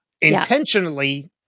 intentionally